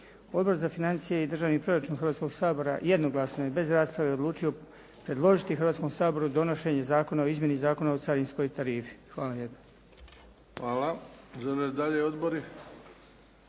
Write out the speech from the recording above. Odbor za financije i državni proračun Hrvatskoga sabora jednoglasno je bez rasprave odlučio predložiti Hrvatskom saboru donošenje Zakona o izmjeni Zakona o carinskoj tarifi. Hvala lijepa.